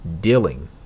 dealing